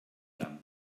them